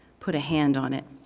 put a hand on it,